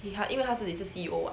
因为他自己是 C_E_O [what]